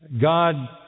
God